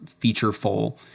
featureful